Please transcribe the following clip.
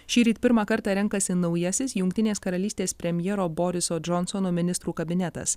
šįryt pirmą kartą renkasi naujasis jungtinės karalystės premjero boriso džonsono ministrų kabinetas